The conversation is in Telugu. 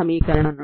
సమీకరణం